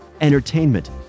entertainment